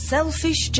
Selfish